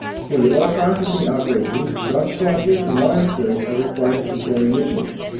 for the ore processing operations, dust collectors and water sprays are required to control the emissions.